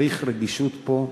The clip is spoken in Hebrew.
צריך רגישות פה,